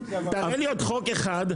תראה לי עוד חוק אחד,